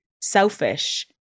selfish